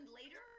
later